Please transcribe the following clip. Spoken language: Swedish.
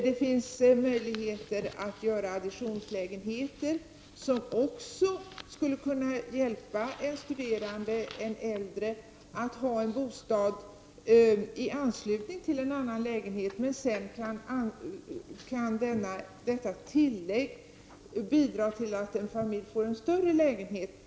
Det finns möjlighet att bygga s.k. additionslägenheter, vilket också skulle kunna hjälpa en studerande eller en äldre människa att ha en bostad i anslutning till en annan lägenhet. Sedan kan detta tillägg bidra till att en familj kan få en större lägenhet.